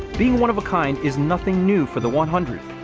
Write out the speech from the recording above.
being one of a kind is nothing new for the one hundred.